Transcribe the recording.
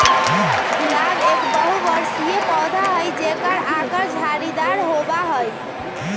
गुलाब एक बहुबर्षीय पौधा हई जेकर आकर झाड़ीदार होबा हई